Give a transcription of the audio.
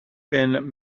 been